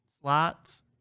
slots